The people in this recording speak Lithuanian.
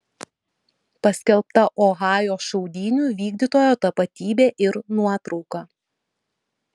paskelbta ohajo šaudynių vykdytojo tapatybė ir nuotrauka